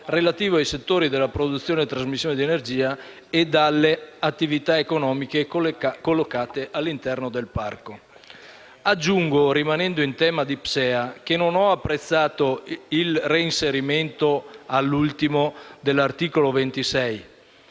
relativo ai settori della produzione e trasmissione di energia e alle attività economiche collocate all'interno del parco. Aggiungo, rimanendo in tema di PSEA, che non ho apprezzato il reinserimento all'ultimo momento dell'articolo 26,